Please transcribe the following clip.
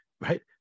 right